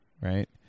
right